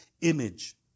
image